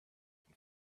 and